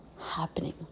happening